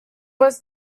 was